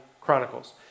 Chronicles